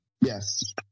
Yes